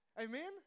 Amen